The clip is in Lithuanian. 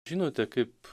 žinote kaip